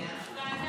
סעיף